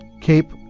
Cape